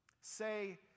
say